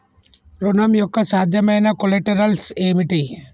ఋణం యొక్క సాధ్యమైన కొలేటరల్స్ ఏమిటి?